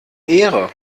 ehre